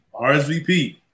RSVP